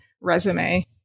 resume